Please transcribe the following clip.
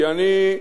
כי אני,